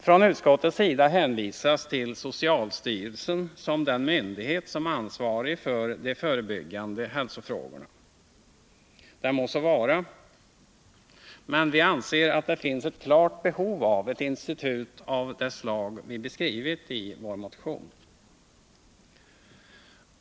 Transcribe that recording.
Från utskottets sida hänvisas till socialstyrelsen som den myndighet som är ansvarig för de förebyggande hälsofrågorna. Det må så vara, men vi anser att det finns ett klart behov av ett institut av det slag som vi beskrivit i vår motion.